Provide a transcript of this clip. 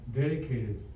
dedicated